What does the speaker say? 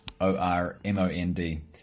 o-r-m-o-n-d